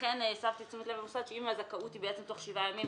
ולכן הסבתי את תשומת לב המשרד שאם הזכאות היא בעצם תוך שבעה ימים,